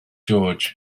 george